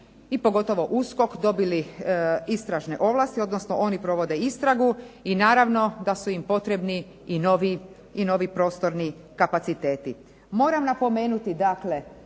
i pogotovo USKOK dobili istražne ovlasti, odnosno oni provode istragu i naravno da su im potrebni i novi prostorni kapaciteti. Moram napomenuti dakle